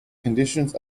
conditions